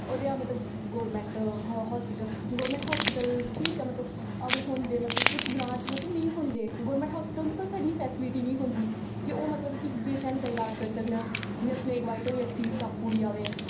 ओह् रेहा मतलब गौरमेंट हास्पिटल गौरमेंट हास्पिटल ठीक ऐ मतलब अगर होंदे मतलब कुछ ग्रांऽ च मतलब नेईं होंदे गौरमेंट हास्पिटल होंदे पर उत्थै इ'न्नी फैसीलिटी नेईं होंदी कि ओह् मतलब कि पैशेंट दा ईलाज करी सकन जियां सनेक बाइट होई गेआ किसी गी सप्प पुड़ी जाए